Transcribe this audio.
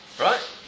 Right